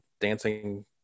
dancing